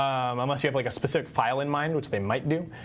unless you have like a specific file in mind, which they might do.